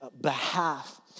behalf